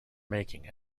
making